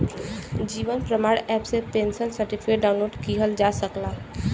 जीवन प्रमाण एप से pensioner certificate download किहल जा सकला